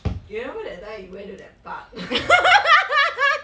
you remember that time you went to that park ppl`